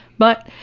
but,